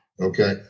okay